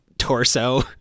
Torso